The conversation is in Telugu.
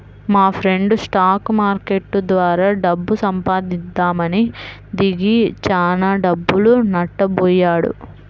మాఫ్రెండు స్టాక్ మార్కెట్టు ద్వారా డబ్బు సంపాదిద్దామని దిగి చానా డబ్బులు నట్టబొయ్యాడు